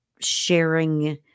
sharing